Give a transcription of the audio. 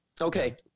okay